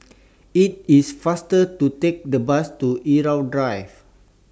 IT IS faster to Take The Bus to Irau Drive